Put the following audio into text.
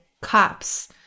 cops